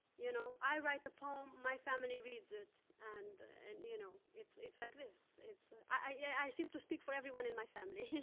you know? i write a poem, my family reads it, and you know, it's it's like this. i yeah i seem to speak for everyone in my family,